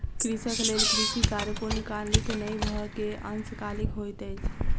कृषक लेल कृषि कार्य पूर्णकालीक नै भअ के अंशकालिक होइत अछि